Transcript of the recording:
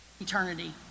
eternity